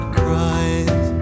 cries